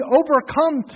overcome